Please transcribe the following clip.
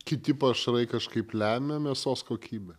kiti pašarai kažkaip lemia mėsos kokybę